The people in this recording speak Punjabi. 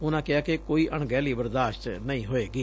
ਉਨੂਂ ਕਿਹਾ ਕਿ ਕੋਈ ਅਣਗਹਿਲੀ ਬਰਦਾਸ਼ਤ ਨਹੀ ਹੋਵੇਗੀ